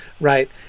right